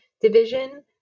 division